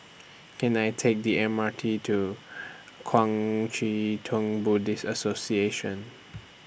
Can I Take The M R T to Kuang Chee Tng Buddhist Association